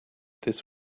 this